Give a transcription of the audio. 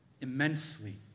immensely